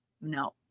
No